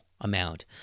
amount